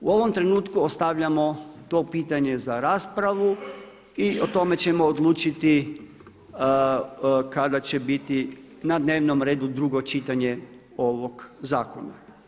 U ovom trenutku ostavljamo to pitanje za raspravu i o tome ćemo odlučiti kada će biti na dnevnom redu drugo čitanje ovog zakona.